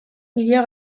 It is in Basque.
hiria